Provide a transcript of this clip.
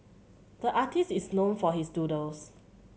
the artist is known for his doodles